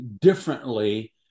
differently